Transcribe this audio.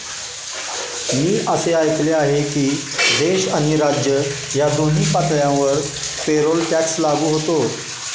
मी असे ऐकले आहे की देश आणि राज्य या दोन्ही पातळ्यांवर पेरोल टॅक्स लागू होतो